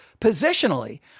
positionally